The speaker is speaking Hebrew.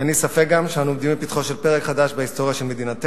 אין לי גם ספק שאנו עומדים בפתחו של פרק חדש בהיסטוריה של מדינתנו,